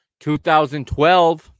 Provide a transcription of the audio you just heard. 2012